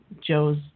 joe's